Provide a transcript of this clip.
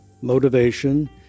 Motivation